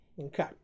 okay